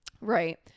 Right